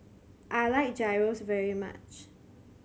I like Gyros very much